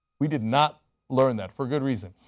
we did not learn that, for good reason.